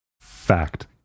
Fact